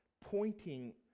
Pointing